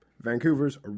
Vancouver's